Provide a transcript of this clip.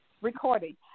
recording